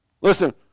Listen